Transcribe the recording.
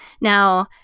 Now